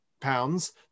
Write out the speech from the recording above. pounds